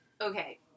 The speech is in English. Okay